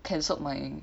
canceled my